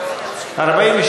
לא נתקבלה.